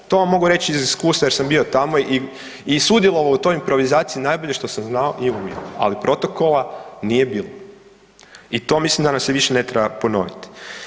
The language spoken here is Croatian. To vam mogu reći iz iskustva jer sam bio tamo i sudjelovao u toj improvizaciji najbolje što sam znao i umio, ali protokola nije bilo i to mislim da nam se više ne treba ponoviti.